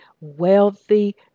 wealthy